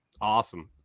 Awesome